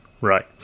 right